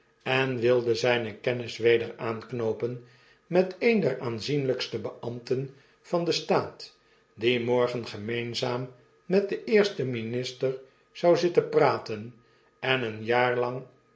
en wilde zijne kennis weder aanknoopen met een der aanzienlykste beambten van den staat die morgen gemeenzaam met den eersten minister zou zitten praten en een jaar lang